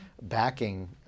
backing